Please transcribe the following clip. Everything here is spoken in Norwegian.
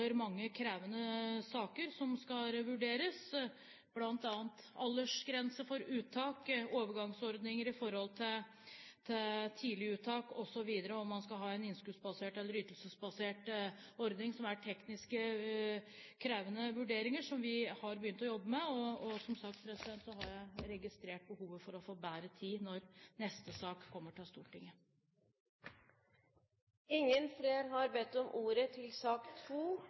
mange krevende saker som skal vurderes, bl.a. aldersgrense for uttak, overgangsordninger i forhold til tidlig uttak osv., og om man skal ha en innskuddsbasert eller ytelsesbasert ordning, som er teknisk krevende vurderinger som vi har begynt å jobbe med. Men som sagt har jeg registrert behovet for å få bedre tid når neste sak kommer til Stortinget. Flere har ikke bedt om ordet til sak